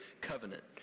Covenant